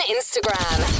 Instagram